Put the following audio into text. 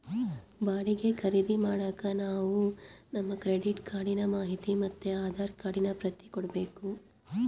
ಬಾಡಿಗೆ ಖರೀದಿ ಮಾಡಾಕ ನಾವು ನಮ್ ಕ್ರೆಡಿಟ್ ಕಾರ್ಡಿನ ಮಾಹಿತಿ ಮತ್ತೆ ಆಧಾರ್ ಕಾರ್ಡಿನ ಪ್ರತಿ ಕೊಡ್ಬಕು